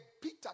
Peter